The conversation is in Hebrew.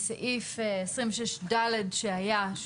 --- מסעיף 26(ד) שהיה,